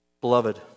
Beloved